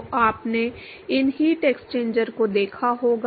तो आपने इन हीट एक्सचेंजर्स को देखा होगा